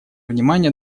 внимание